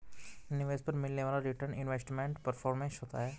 निवेश पर मिलने वाला रीटर्न इन्वेस्टमेंट परफॉरमेंस होता है